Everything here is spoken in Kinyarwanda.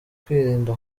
kwirinda